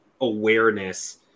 awareness